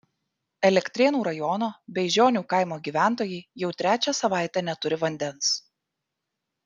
elektrėnų rajono beižionių kaimo gyventojai jau trečią savaitę neturi vandens